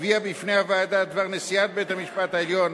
הביאה בפני הוועדה את דבר נשיאת בית-המשפט העליון